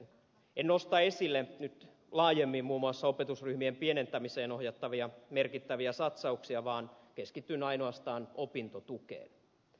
en nosta esille nyt laajemmin muun muassa opetusryhmien pienentämiseen ohjattavia merkittäviä satsauksia vaan keskityn ainoastaan opintotukeen